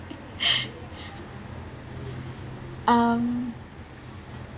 um